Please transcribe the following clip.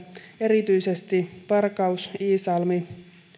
erityisesti varkaus iisalmi